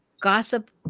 gossip